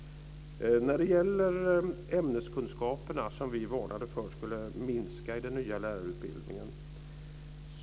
När det gäller ämneskunskaperna varnade ju vi för att de skulle minska i den nya lärarutbildningen.